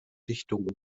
dichtung